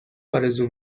آرزو